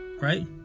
right